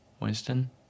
Winston